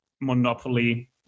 monopoly